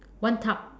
one cup